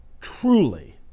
truly